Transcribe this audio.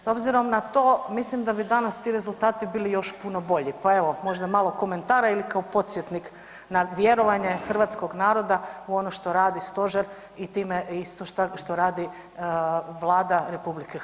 S obzirom na to, mislim da bi danas ti rezultati bili još puno bolji pa evo, možda malo komentara ili kao podsjetnik na vjerovanje hrvatskog naroda u ono što radi Stožer i time isto što radi Vlada RH.